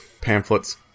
pamphlets